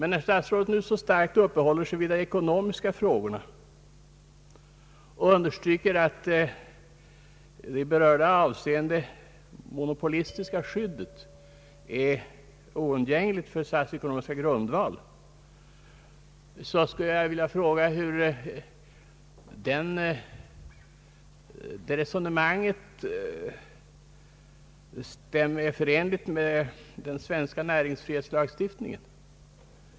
När statsrådet nu så starkt uppehåller sig vid de ekonomiska frågorna och understryker att det monopolistiska skyddet i berörda avseende är oundgängligt för SAS:s ekonomiska grundval, skulle jag vilja fråga: Hur är det resonemanget förenligt med den svenska näringsfrihetslagstiftningen?